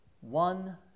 one